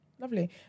lovely